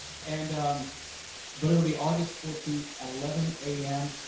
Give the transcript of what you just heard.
and um but it'll be august fourteenth at eleven am,